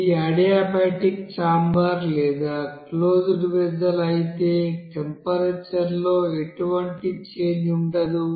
ఇది adiabatic chamber లేదా closed vessel అయితే టెంపరేచర్లో ఎటువంటి చేంజ్ ఉండదు